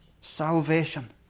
Salvation